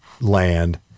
land